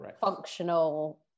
functional